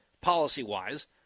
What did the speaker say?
policy-wise